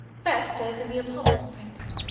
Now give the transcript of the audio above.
first is the neapolitan prince.